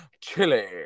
chili